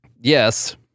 yes